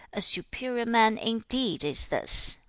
a superior man indeed is this!